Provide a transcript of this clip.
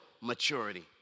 maturity